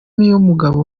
niyomugabo